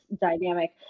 dynamic